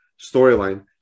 storyline